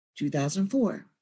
2004